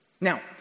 Now